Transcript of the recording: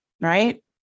right